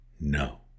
No